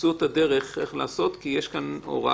שתמצאו את הדרך איך לעשות כי יש כאן הוראה